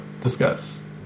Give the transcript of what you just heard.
Discuss